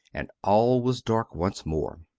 and all was dark once more.